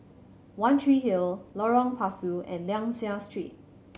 One Tree Hill Lorong Pasu and Liang Seah Street